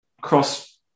cross